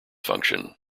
function